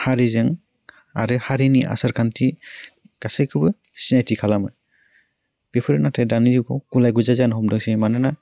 हारिजों आरो हारिनि आसारखान्थि गासैखैबो सिनायथि खालामो बेफोर नाथाइ दानि जुगाव गुलाय गुजाय जानो हमदोंसै मानोना